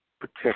protect